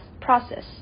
process